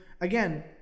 Again